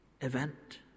event